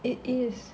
it is